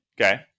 Okay